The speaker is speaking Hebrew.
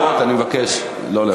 יש לו שלוש דקות, אני מבקש לא להפריע.